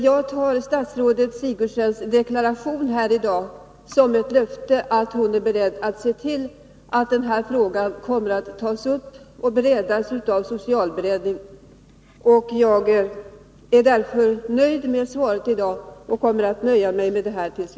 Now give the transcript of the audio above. Jag tar statsrådet Sigurdsens deklaration här i dag som ett löfte om att hon är beredd att se till att denna fråga kommer att tas upp och beredas av socialberedningen. Jag är därför nöjd med svaret och kommer att nöja mig med detta t. v.